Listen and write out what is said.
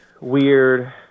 weird